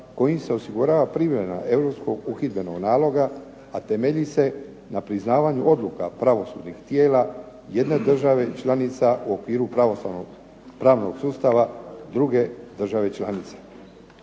kojim se osigurava primjena europskog uhidbenog naloga, a temelji se na priznavanju odluka pravosudnih tijela jedne države članice u okviru pravnog sustava druge države članice.